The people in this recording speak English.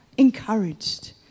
encouraged